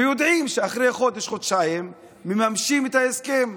ויודעים שאחרי חודש-חודשיים מממשים את ההסכם.